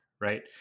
right